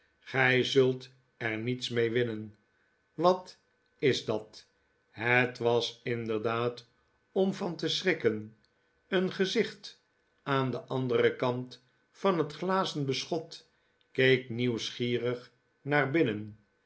gij zult er niets mee winnen wat is dat het was inderdaad om van te schrikken een gezicrit aan den anderen kant van het glazen beschot keek nieuwsgierig naar binnen